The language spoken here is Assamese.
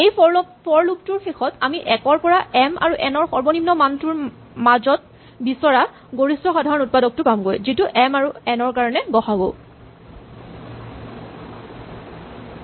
এই ফৰ লুপ টোৰ শেষত আমি ১ ৰ পৰা এম আৰু এন ৰ সৰ্বনিম্ন মানটোৰ মাজত বিচৰা গৰিষ্ঠ সাধাৰণ উৎপাদকটো পামগৈ যিটো এম আৰু এন ৰ গ সা উ